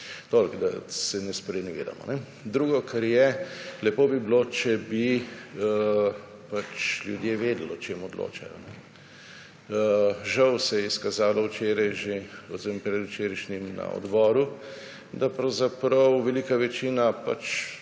Toliko, da se ne sprenevedamo. Drugo, kar je. Lepo bi bilo, če bi pač ljudje vedeli o čemu odločajo. Žal se je izkazalo včeraj že oziroma predvčerajšnjem na odboru, da pravzaprav velika večina